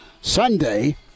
Sunday